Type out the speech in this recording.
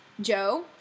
Joe